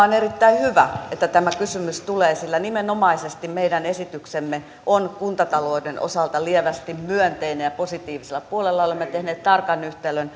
on erittäin hyvä että tämä kysymys tulee sillä nimenomaisesti meidän esityksemme on kuntatalouden osalta lievästi myönteinen ja positiivisella puolella olemme tehneet tarkan yhtälön